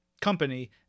company